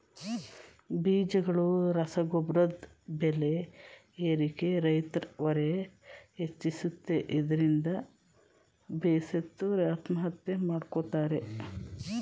ಬೀಜಗಳು ರಸಗೊಬ್ರದ್ ಬೆಲೆ ಏರಿಕೆ ರೈತ್ರ ಹೊರೆ ಹೆಚ್ಚಿಸುತ್ತೆ ಇದ್ರಿಂದ ಬೇಸತ್ತು ಆತ್ಮಹತ್ಯೆ ಮಾಡ್ಕೋತಾರೆ